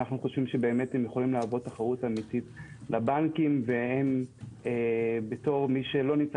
אנו חושבים שהם יכולים להות תחרות אמיתית לבנקים והם בתור מי שלא נמצא